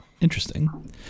Interesting